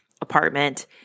apartment